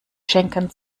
schenken